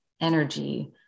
energy